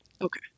Okay